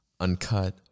Uncut